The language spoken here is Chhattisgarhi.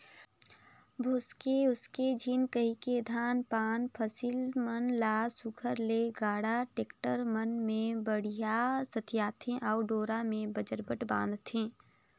भोसके उसके झिन कहिके धान पान फसिल मन ल सुग्घर ले गाड़ा, टेक्टर मन मे बड़िहा सथियाथे अउ डोरा मे बजरबट बांधथे